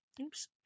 Oops